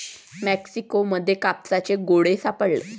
Mexico मध्ये कापसाचे गोळे सापडले